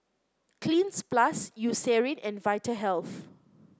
Cleanz Plus Eucerin and Vitahealth